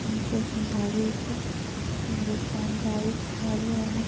उन्नी सौ संताली च हिन्दोस्तान अजाद होएआ हा